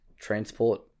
transport